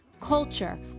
culture